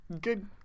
Good